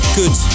good